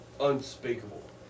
unspeakable